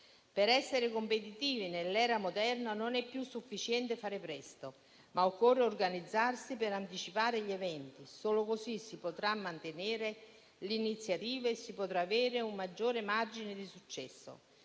Per essere competitivi nell'era moderna non è più sufficiente fare presto, ma occorre organizzarsi per anticipare gli eventi. Solo così si potrà mantenere l'iniziativa e si potrà avere un maggiore margine di successo.